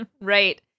Right